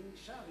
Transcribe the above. אני נשאר.